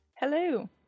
Hello